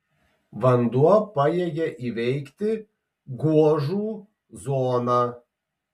vanduo pajėgia įveikti gožų zoną